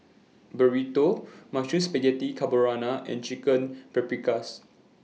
Burrito Mushroom Spaghetti Carbonara and Chicken Paprikas